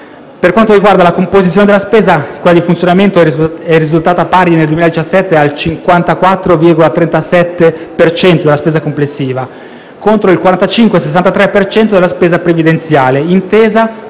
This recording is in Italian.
Per quanto riguarda la composizione della spesa, quella di funzionamento è risultata pari, nel 2017, al 54,37 per cento della spesa complessiva, contro il 45,63 per cento della spesa previdenziale, intesa